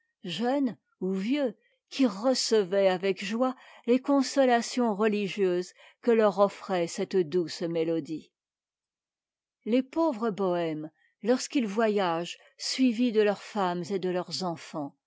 jeunes ou vieux qui recevaient avec joie les consolations religieuses que leur offrait cette'douce métodie les pauvres bohèmes alors qu'ils voyagent suivis de leurs femmes et de leurs enfants